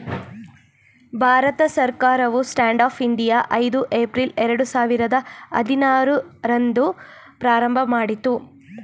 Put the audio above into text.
ಭಾರತ ಸರ್ಕಾರವು stand up India ಐದು April ಎರಡು ಸಾವಿರದ ಹದಿನಾರು ರಂದು ಪ್ರಾರಂಭಮಾಡಿತು